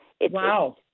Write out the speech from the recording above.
Wow